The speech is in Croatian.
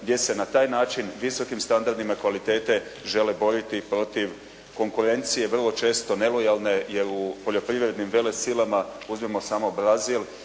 gdje se na taj način visokim standardima kvalitete žele boriti protiv konkurencije, vrlo često nelojalne, jer u poljoprivrednim velesilama uzmimo samo Brazil